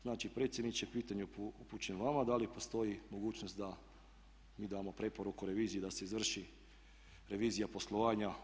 Znači predsjedniče pitanje upućujem vama da li postoji mogućnost da mi damo preporuku reviziji da se izvrši revizija poslovanja